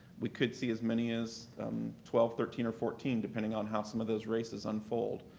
we could see as many as twelve, thirteen, or fourteen, depending on how some of those races unfold.